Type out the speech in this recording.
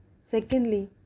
Secondly